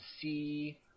see